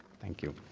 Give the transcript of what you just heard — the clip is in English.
thank you!